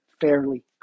fairly